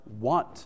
want